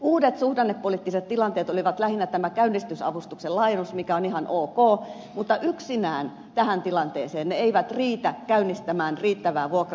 uudet suhdannepoliittiset tilanteet olivat lähinnä tämä käynnistysavustuksen laajennus mikä on ihan ok mutta yksinään tähän tilanteeseen ne eivät riitä käynnistämään riittävää vuokra asuntotuotantoa